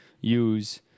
use